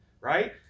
Right